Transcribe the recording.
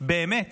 באמת